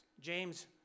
James